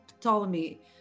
Ptolemy